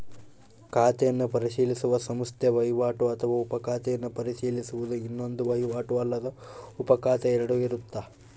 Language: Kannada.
ಖಾತೆಯನ್ನು ಪರಿಶೀಲಿಸುವ ಸಂಸ್ಥೆ ವಹಿವಾಟು ಅಥವಾ ಉಪ ಖಾತೆಯನ್ನು ಪರಿಶೀಲಿಸುವುದು ಇನ್ನೊಂದು ವಹಿವಾಟು ಅಲ್ಲದ ಉಪಖಾತೆ ಎರಡು ಇರುತ್ತ